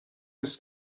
his